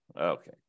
Okay